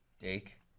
Dake